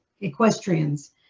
equestrians